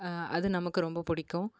அது நமக்கு ரொம்ப பிடிக்கும்